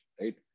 right